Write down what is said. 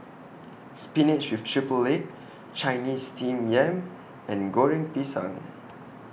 Spinach with Triple Egg Chinese Steamed Yam and Goreng Pisang